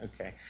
Okay